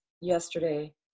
yesterday